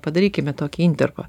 padarykime tokį intarpą